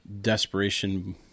desperation